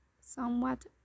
somewhat